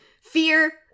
fear